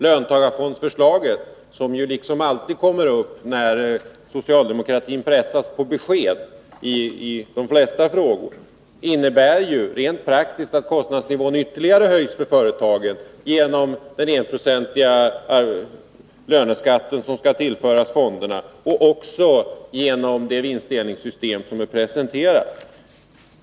Löntagarfondsförslaget, som alltid kommer upp när socialdemokratin pressas på besked, innebär rent praktiskt att kostnadsnivån ytterligare höjs för företagen genom den enprocentiga löneskatten som skall tillföras fonderna och också genom det vinstdelningssystem som är presenterat.